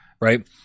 right